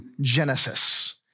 Genesis